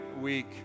week